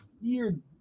weird